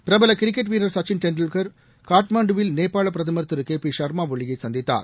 பிரபல கிரிக்கெட் வீரர் சச்சின் டெண்டுல்கர் காட்மன்டுவில் நேபாள பிரதமர் திரு கே பி ஷர்மா ஒலியை சந்தித்தார்